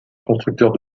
constructeurs